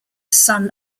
sun